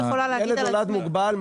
הילד נולד מוגבל,